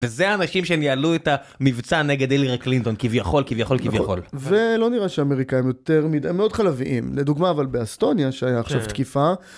זה אנשים שניהלו את המבצע נגד הילארי קלינטון כביכול כביכול כביכול -ולא נראה שאמריקאים יותר מדי... הם מאוד חלביים לדוגמה אבל באסטוניה שהיה עכשיו תקיפה.